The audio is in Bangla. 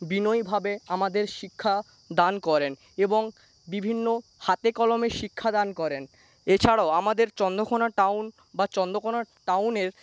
বিনয়ীভাবে আমাদের শিক্ষাদান করেন এবং বিভিন্ন হাতে কলমে শিক্ষাদান করেন এছাড়াও আমাদের চন্দ্রকোনা টাউন বা চন্দ্রকোনা টাউনের